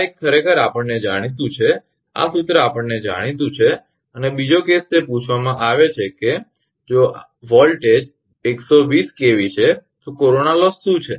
આ એક ખરેખર આપણને જાણીતું છે કે આ સૂત્ર આપણને જાણીતું છે અને બીજો કેસ તે પૂછવામાં આવે છે કે જો વોલ્ટેજ 120 𝑘𝑉 છે તો કોરોના લોસ શું છે